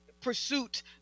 pursuit